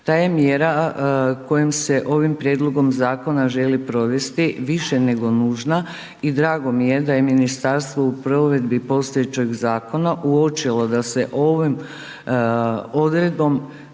Ta je mjera, kojom se ovim prijedlogom zakona želi provesti više nego nužna i drago mi je da je ministarstvo u provedbi postojećeg zakona uočilo da se ovom odredbom